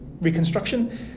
reconstruction